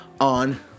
on